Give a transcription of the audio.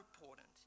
important